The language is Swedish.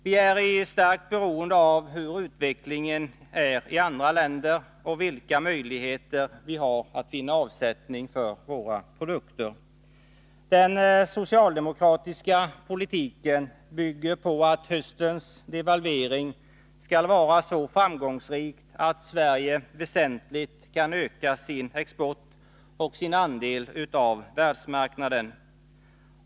Vi är starkt beroende av hur utvecklingen är i andra länder och vilka möjligheter vi har att finna avsättning för våra produkter. Den socialdemokratiska politiken bygger på att höstens devalvering skall vara så framgångsrik att Sverige väsentligt kan öka sin export och sin andel av världsmarknaden.